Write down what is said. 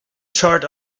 chart